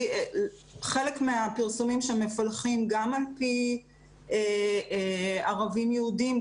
חלק מהפרסומים שם מפלחים גם על פי ערבים יהודים,